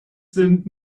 sind